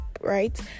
right